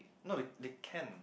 no they they can